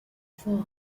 four